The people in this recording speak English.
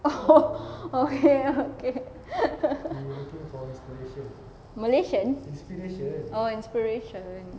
oh okay okay malaysians oh inspiration